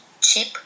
cheap